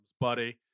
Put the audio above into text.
buddy